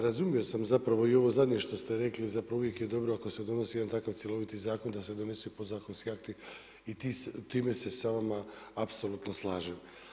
Razumio sam zapravo i ovo zadnje što ste rekli, zapravo uvijek je dobro ako se donosi jedan takav cjeloviti zakon da se donesu i podzakonski akti i time se s vama apsolutno slažem.